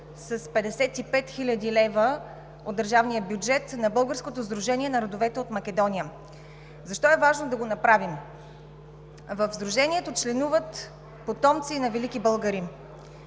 с 55 хил. лв. от държавния бюджет на Българското сдружение на родовете от Македония. Защо е важно да го направим? В Сдружението членуват потомци на велики българи.